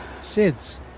SIDS